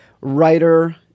writer